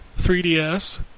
3DS